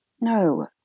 No